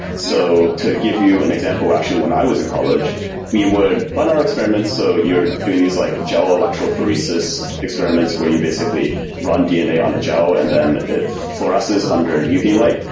so to give you an example, actually when i was in college we would run our experiments so you're doing these like gel electrophoresis experiments, where you basically run dna on a gel and then it fluoresces under uv light,